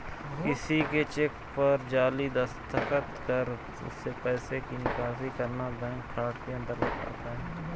किसी के चेक पर जाली दस्तखत कर उससे पैसे की निकासी करना बैंक फ्रॉड के अंतर्गत आता है